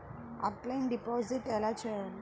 Offline deposit ఎలా చేయాలి?